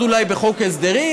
יצטרכו לעבוד אולי בחוק ההסדרים.